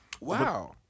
Wow